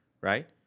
right